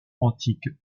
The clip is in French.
antique